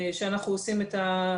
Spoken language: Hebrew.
שאנחנו עושים את הטיפול בפנייה.